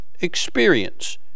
experience